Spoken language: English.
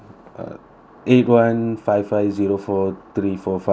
eight one five five zero four three four five